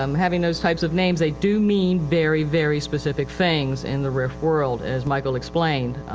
um having those types of names they do mean very, very specific things in the rif world as michael explained.